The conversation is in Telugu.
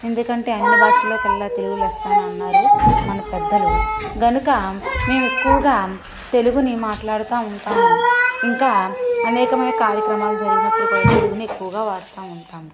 ఎందుకంటే అన్ని భాషల్లో కెల్లా తెలుగు లెస్స అన్నారు మన పెద్దలు గనుక మేము ఎక్కువగా తెలుగుని మాట్లాడతా ఉంటాము ఇంకా అనేకమైన కార్యక్రమాలు జరిగినపుడు కూడా తెలుగునే ఎక్కువగా వాడతా ఉంటాము